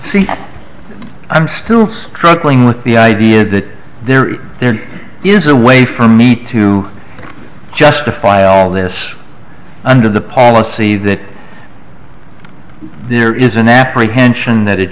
prove i'm still struggling with the idea that there is there is a way for me to justify all this under the policy that there is an apprehension that it